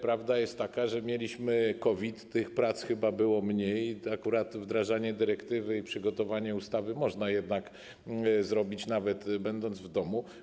Prawda jest taka, że mieliśmy COVID, tych prac chyba było mniej, a akurat wdrażanie dyrektywy, przygotowanie ustawy można zrobić, nawet będąc w domu.